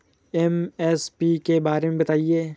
MSP के बारे में बतायें?